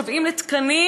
משוועים לתקנים.